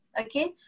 Okay